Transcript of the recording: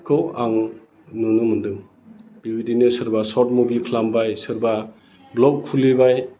आं नुनो मोनदों बेबायदिनो सोरबा शर्ट मुभि ख्लामबाय सोरबा भ्लग खुलिबाय